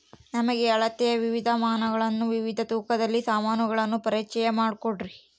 ನಮಗೆ ಅಳತೆಯ ವಿವಿಧ ಮಾಪನಗಳನ್ನು ವಿವಿಧ ತೂಕದ ಸಾಮಾನುಗಳನ್ನು ಪರಿಚಯ ಮಾಡಿಕೊಡ್ರಿ?